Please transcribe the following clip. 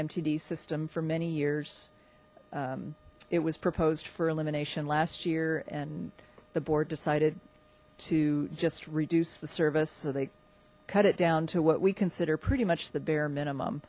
mtd system for many years it was proposed for elimination last year and the board decided to just reduce the service so they cut it down to what we consider pretty much the bare minimum